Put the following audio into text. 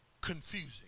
confusing